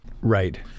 Right